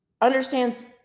understands